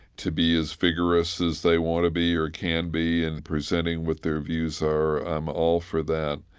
to be as vigorous as they want to be or can be in presenting what their views are. i'm all for that.